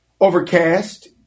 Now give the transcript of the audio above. Overcast